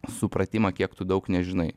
supratimą kiek tu daug nežinai